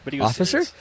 Officer